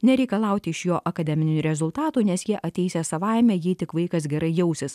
nereikalauti iš jo akademinių rezultatų nes jie ateisią savaime jei tik vaikas gerai jausis